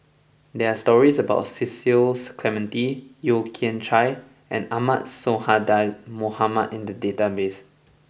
there are stories about Cecil Clementi Yeo Kian Chai and Ahmad Sonhadji Mohamad in the database